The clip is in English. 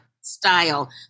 style